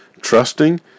Trusting